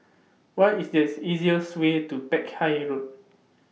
What IS The easiest Way to Peck Hay Road